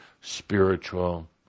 spiritual